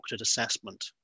assessment